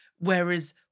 Whereas